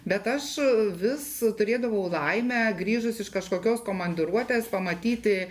bet aš vis turėdavau laimę grįžus iš kažkokios komandiruotės pamatyti